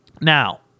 Now